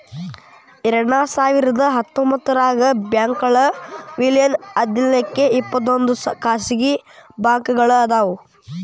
ಎರಡ್ಸಾವಿರದ ಹತ್ತೊಂಬತ್ತರಾಗ ಬ್ಯಾಂಕ್ಗಳ್ ವಿಲೇನ ಆದ್ಮ್ಯಾಲೆ ಇಪ್ಪತ್ತೊಂದ್ ಖಾಸಗಿ ಬ್ಯಾಂಕ್ಗಳ್ ಅದಾವ